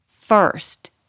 first